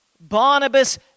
Barnabas